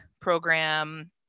program